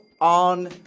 on